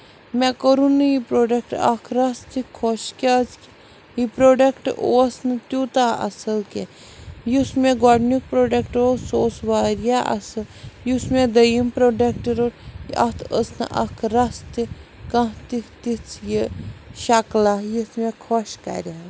مےٚ کوٚرُن نہٕ یہِ پرٛوڈکٹ اکھ رَژھ تہِ خۄش کیازِ کہِ یہِ پرٛوڈَکٹ اوس نہٕ تیوٗتاہ اَصٕل کیٚنہہ یُس مےٚ گۄڈٕنیُک پرٛوڈَکٹ اوس سُہ اوس واریاہ اَصٕل یُس مےٚ دٔیِم پرٛوڈَکٹ روٚٹ اَتھ ٲس نہٕ اکھ رَژھ تہِ کانہہ تہِ تِژھ یہِ شَکلا یِژھ مےٚ خۄش کرِ ہا